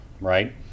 right